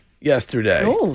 yesterday